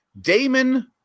Damon